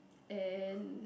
and